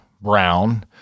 brown